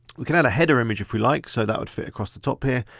we can add a header image if we like. so that would fit across the top here.